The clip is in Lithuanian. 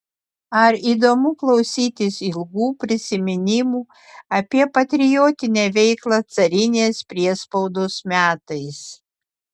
ar įdomu klausytis ilgų prisiminimų apie patriotinę veiklą carinės priespaudos metais